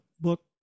book